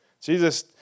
Jesus